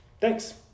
Thanks